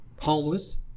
homeless